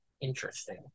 Interesting